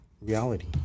reality